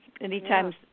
Anytime